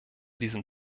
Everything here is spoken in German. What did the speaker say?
diesem